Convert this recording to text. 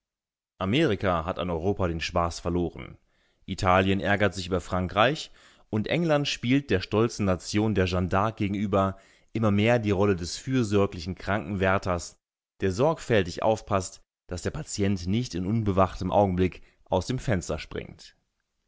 amerika hat an europa den spaß verloren italien ärgert sich über frankreich und england spielt der stolzen nation der jeanne d'arc gegenüber immer mehr die rolle des fürsorglichen krankenwärters der sorgfältig aufpaßt daß der patient nicht in unbewachtem augenblick aus dem fenster springt